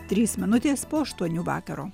trys minutės po aštuonių vakaro